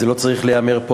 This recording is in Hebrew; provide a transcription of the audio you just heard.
זה לא צריך להיאמר פה,